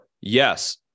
Yes